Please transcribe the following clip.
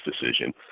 decision